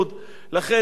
לכן, הם לא בונים.